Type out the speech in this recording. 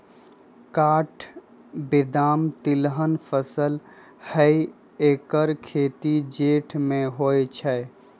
काठ बेदाम तिलहन फसल हई ऐकर खेती जेठ में होइ छइ